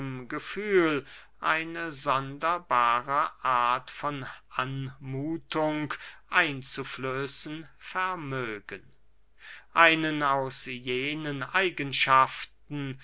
eine sonderbare art von anmuthung einzuflößen vermögen einen aus jenen eigenschaften